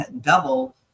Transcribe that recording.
double